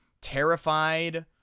terrified